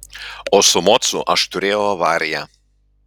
o su mocu aš turėjau avariją